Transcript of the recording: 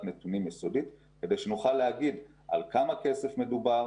נתונים יסודית כדי שנוכל להגיד על כמה כסף מדובר